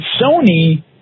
Sony